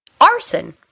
Arson